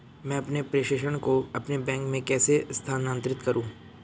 मैं अपने प्रेषण को अपने बैंक में कैसे स्थानांतरित करूँ?